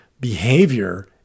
Behavior